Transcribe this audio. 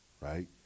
right